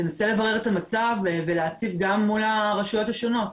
תנסה לברר את המצב ולהציב גם מול הרשויות השונות